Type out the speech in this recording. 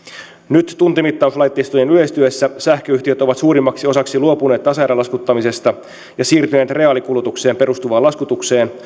nyt tuntimittauslaitteistojen yleistyessä sähköyhtiöt ovat suurimmaksi osaksi luopuneet tasaerälaskuttamisesta ja siirtyneet reaalikulutukseen perustuvaan laskutukseen